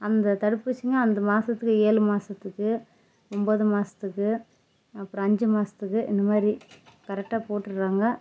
அந்த தடுப்பூசிங்க அந்த மாதத்துக்கு ஏழு மாதத்துக்கு ஒம்பது மாதத்துக்கு அப்புறம் அஞ்சு மாதத்துக்கு இந்த மாதிரி கரெக்ட்டாக போட்டுர்றாங்க